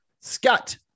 Scott